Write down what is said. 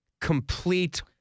complete